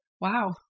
Wow